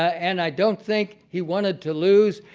and i don't think he wanted to lose,